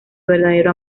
verdadero